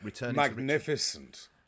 Magnificent